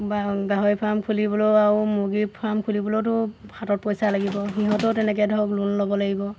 বা গাহৰি ফাৰ্ম খুলিবলৈও আৰু মুৰ্গী ফাৰ্ম খুলিবলৈওতো হাতত পইচা লাগিব সিহঁতেও তেনেকৈ ধৰক লোন ল'ব লাগিব